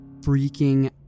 freaking